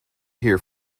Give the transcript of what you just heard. here